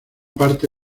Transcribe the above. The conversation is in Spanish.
parte